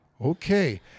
Okay